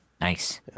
nice